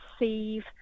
receive